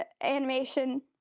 animation